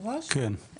כן.